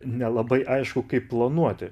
nelabai aišku kaip planuoti